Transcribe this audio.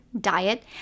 diet